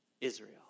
Israel